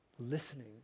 listening